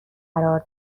قرار